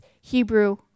Hebrew